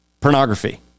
pornography